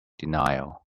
denial